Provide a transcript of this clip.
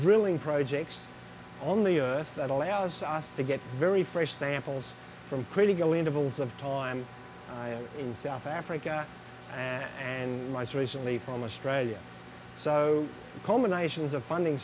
drilling projects only earth that allows us to get very fresh samples from critical intervals of time in south africa and mice recently from australia so combinations of funding